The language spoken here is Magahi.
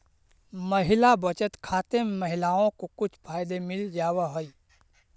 महिला बचत खाते में महिलाओं को कुछ फायदे मिल जावा हई